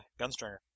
Gunstringer